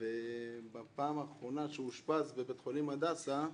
ובפעם האחרונה שהוא אושפז בבית חולים הדסה,